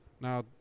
Now